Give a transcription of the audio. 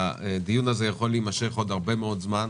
הדיון הזה יכול להימשך עוד הרבה מאוד זמן.